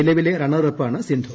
നിലവിലെ റണ്ണറപ്പാണ് സിന്ധു